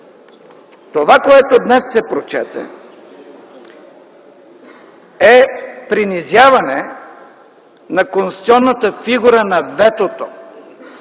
Това, което днес се прочете, е принизяване на конституционната фигура на ветото.